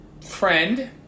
friend